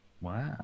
Wow